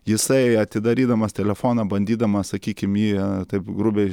jisai atidarydamas telefoną bandydamas sakykim jį taip grubiai